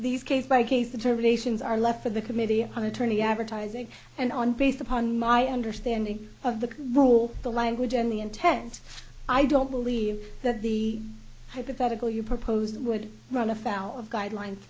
these case by case the terminations are left for the committee on attorney advertising and on based upon my understanding of the rule the language and the intent i don't believe that the hypothetical you proposed would run afoul of guideline